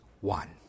one